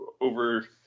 over